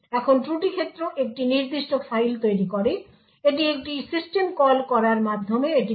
এখন ত্রুটি ক্ষেত্র একটি নির্দিষ্ট ফাইল তৈরি করে এটি একটি সিস্টেম কল করার মাধ্যমে এটি করে